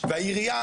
העירייה,